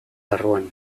barruan